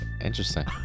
Interesting